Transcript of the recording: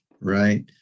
right